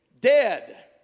dead